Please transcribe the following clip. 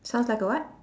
sounds like a what